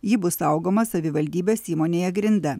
ji bus saugoma savivaldybės įmonėje grinda